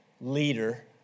leader